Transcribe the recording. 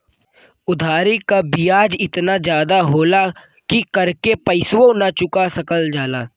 उधारी क बियाज एतना जादा होला कि कर के पइसवो ना चुका सकल जाला